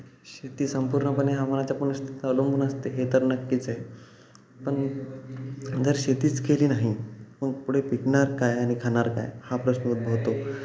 शेती संपूर्णपणे हवामानाच्या परिस्तितीत अवलंबून असते हे तर नक्कीच आहे पण जर शेतीच केली नाही मग पुढे पिकणार काय आणि खाणार काय हा प्रश्न उद्भवतो